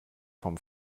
vom